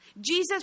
Jesus